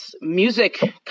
music